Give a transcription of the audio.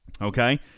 Okay